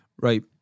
right